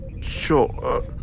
sure